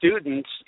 students